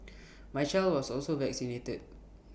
my child was also vaccinated